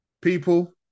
People